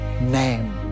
name